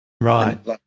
Right